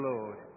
Lord